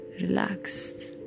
relaxed